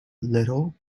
little